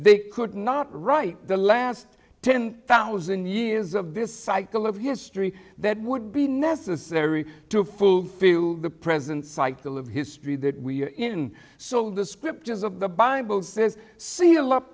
they could not write the last ten thousand years of this cycle of history that would be necessary to fulfill the present cycle of history that we are in so the scriptures of the bible says see a lot of